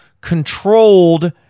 controlled